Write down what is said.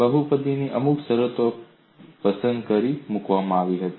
બહુપદીની અમુક શરતો પસંદ કરી મૂકવામાં આવી હતી